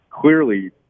clearly